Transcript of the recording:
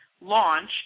launch